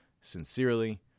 Sincerely